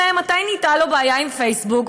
מתי נהייתה לו בעיה עם פייסבוק?